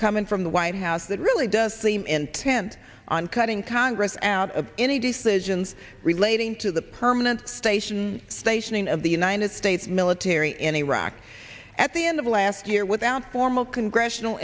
coming from the white house that really does seem intent on cutting congress and out of any decisions relating to the permanent station stationing of the united states military in iraq at the end of last year without formal congressional